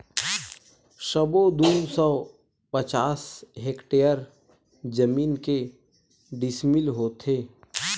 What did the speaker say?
सबो दू सौ पचास हेक्टेयर जमीन के डिसमिल होथे?